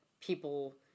people